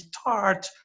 start